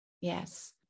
Yes